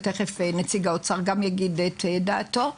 ותכף נציג האוצר גם יגיד את דעתו,